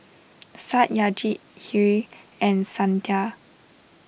Satyajit Hri and Santha